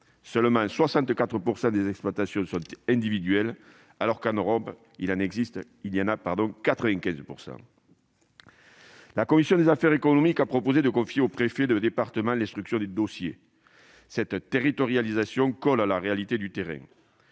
France, 64 % des exploitations seulement sont individuelles, contre 95 % en Europe. La commission des affaires économiques a proposé de confier aux préfets de département l'instruction des dossiers. Cette territorialisation colle à la réalité du terrain.